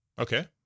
Okay